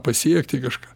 pasiekti kažką